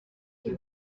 ibi